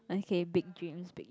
okay big dreams big